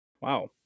Wow